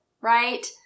Right